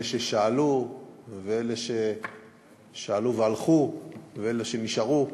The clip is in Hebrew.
אלה ששאלו ואלה ששאלו והלכו ואלה שנשארו,